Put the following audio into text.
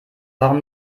warum